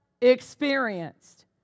experienced